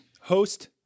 Host